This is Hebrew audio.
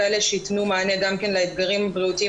כאלה שייתנו מענה גם לאתגרים הבריאותיים